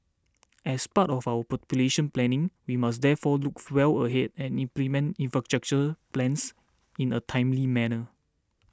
as part of our population planning we must therefore look well ahead and implement infrastructure plans in a timely manner